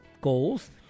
goals